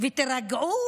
ותירגעו